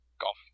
Golf